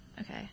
Okay